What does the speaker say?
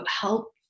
help